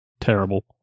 terrible